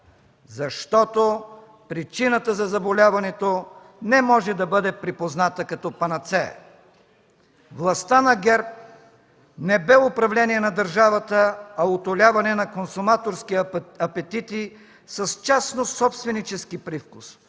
Защото причината за заболяването не може да бъде припозната като панацея. Властта на ГЕРБ не бе управление на държавата, а утоляване на консуматорски апетити с частнособственически привкус